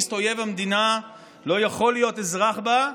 שטרוריסט אויב המדינה לא יכול להיות אזרח בה,